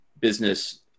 business